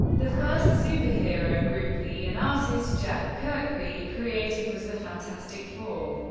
the first superhero group lee and artist jack kirby created was the fantastic four.